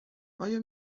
آیا